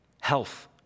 Health